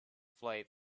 flight